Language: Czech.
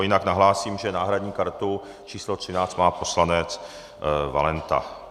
Jinak nahlásím, že náhradní kartu číslo 13 má poslanec Valenta.